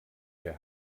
ihr